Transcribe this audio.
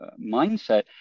mindset